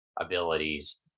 abilities